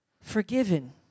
forgiven